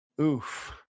Oof